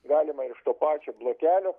galima ir iš to pačio blokelio